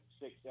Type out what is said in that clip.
six